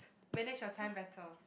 manage your time better